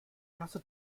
kasse